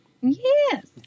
Yes